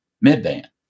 mid-band